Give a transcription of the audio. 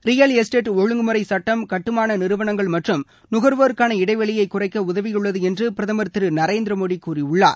real estate ஒழுங்குமுறை சுட்டம் சுட்டுமான நிறுவனங்கள் மற்றும் நுகர்வோருக்கான இடைவெளியை குறைக்க உதவியுள்ளது என்று பிரதமர் திரு நரேந்திர மோடி கூறியுள்ளார்